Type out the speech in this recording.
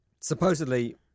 Supposedly